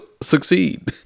succeed